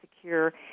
secure